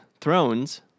thrones